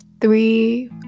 three